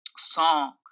song